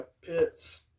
pits